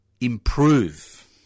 improve